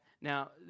Now